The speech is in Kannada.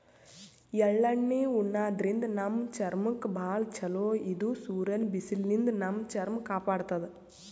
ಎಳ್ಳಣ್ಣಿ ಉಣಾದ್ರಿನ್ದ ನಮ್ ಚರ್ಮಕ್ಕ್ ಭಾಳ್ ಛಲೋ ಇದು ಸೂರ್ಯನ್ ಬಿಸ್ಲಿನ್ದ್ ನಮ್ ಚರ್ಮ ಕಾಪಾಡತದ್